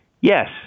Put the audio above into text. yes